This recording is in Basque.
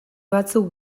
batzuk